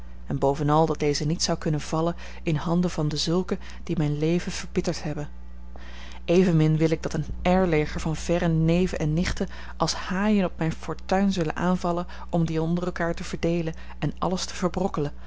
en bovenal dat deze niet zou kunnen vallen in handen van dezulken die mijn leven verbitterd hebben evenmin wil ik dat een heirleger van verre neven en nichten als haaien op mijne fortuin zullen aanvallen om die onder elkaar te verdeelen en alles te verbrokkelen